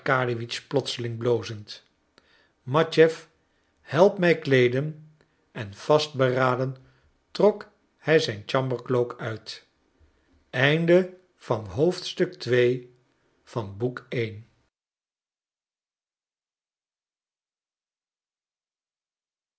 matjeff help mij kleeden en vastberaden trok hij zijn chambercloak uit